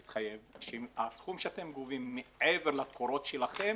להתחייב שהסכום שאתם גובים מעבר לתקורות שלכם